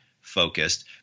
focused